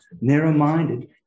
narrow-minded